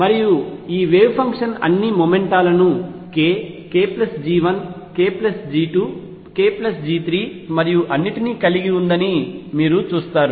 మరియు ఈ wave function అన్ని మొమెంటాలను k k G1 k G2 k G3 మరియు అన్నింటినీ కలిగి ఉందని మీరు చూస్తారు